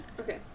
okay